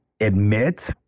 admit